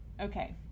Okay